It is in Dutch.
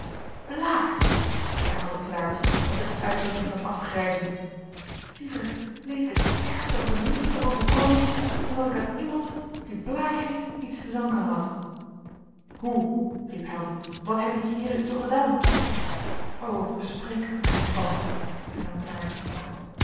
blaek herhaalde klaartje met een uitdrukking van afgrijzen liever leed ik het ergste wat een mensch kan overkomen dan dat ik aan iemand die blaek heette iets te danken had hoe riep helding wat hebben die heeren u toch gedaan o spreek er mij niet van hernam klaartje